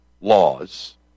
laws